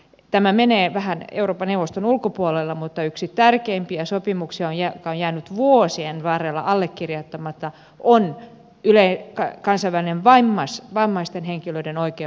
tämä menee vähän euroopan neuvoston ulkopuolelle mutta yksi tärkeimpiä sopimuksia joka on jäänyt vuosien varrella allekirjoittamatta on kansainvälinen vammaisten henkilöiden oikeuksien sopimus